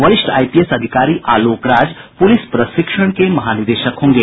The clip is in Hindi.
वरिष्ठ आईपीएस अधिकारी आलोक राज पुलिस प्रशिक्षण के महानिदेशक होंगे